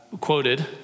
quoted